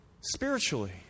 Spiritually